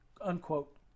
unquote